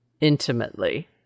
intimately